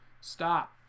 Stop